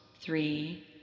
three